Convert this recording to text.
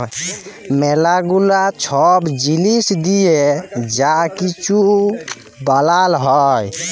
ম্যালা গুলা ছব জিলিস দিঁয়ে যা কিছু বালাল হ্যয়